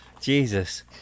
Jesus